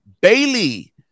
Bailey